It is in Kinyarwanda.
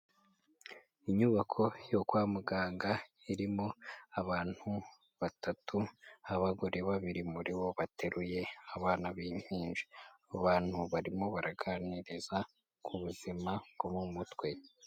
Inyubako yo kwa muganga, irimo abantu batatu, abagore babiri muri bo bateruye abana b'impinja. Abo bantu barimo baraganiriza ku buzima bwo mu mutwe.